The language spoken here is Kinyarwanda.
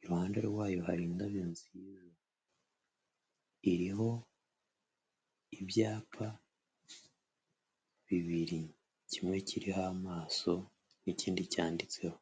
iruhande rwayo hari indabyo nziza, iriho ibyapa bibiri kimwe kiriho amaso n'ikindi cyanditseho.